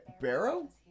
Barrow